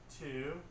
two